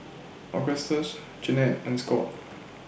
Augustus Jeanette and Scott